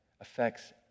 affects